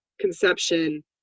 conception